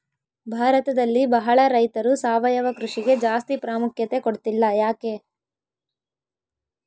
ಭಾರತದಲ್ಲಿ ಬಹಳ ರೈತರು ಸಾವಯವ ಕೃಷಿಗೆ ಜಾಸ್ತಿ ಪ್ರಾಮುಖ್ಯತೆ ಕೊಡ್ತಿಲ್ಲ ಯಾಕೆ?